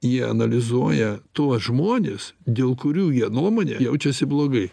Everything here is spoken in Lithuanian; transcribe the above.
jie analizuoja tuos žmones dėl kurių jų nuomone jaučiasi blogai